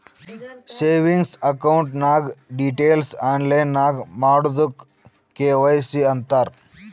savings account ನಾಗ್ details online ನಾಗ್ ಮಾಡದುಕ್ ಕೆ.ವೈ.ಸಿ ಅಂತಾರ್